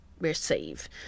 receive